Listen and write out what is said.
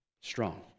strong